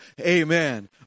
amen